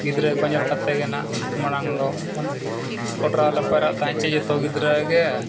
ᱜᱤᱫᱽᱨᱟᱹ ᱠᱚ ᱧᱮᱞ ᱠᱟᱛᱮ ᱜᱮ ᱱᱟᱦᱟᱜ ᱢᱟᱲᱟᱝ ᱫᱚ ᱢᱟᱱᱮ ᱠᱚᱴᱚᱨᱟᱣ ᱞᱮ ᱯᱮᱨᱮᱟᱜ ᱛᱟᱦᱮᱸ ᱪᱮᱫ ᱡᱚᱛᱚ ᱜᱤᱫᱽᱨᱟᱹ ᱜᱮ